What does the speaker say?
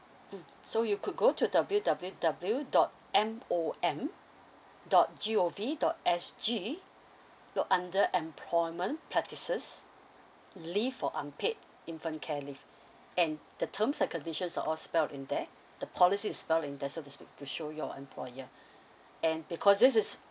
mm so you could go to w w w dot m o m dot g o v dot s g look under employment practices leave for unpaid infant care leave and the terms and conditions are all spelled in there the policy is spelled in there so to speak to show your employer and because this is